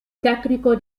tecnico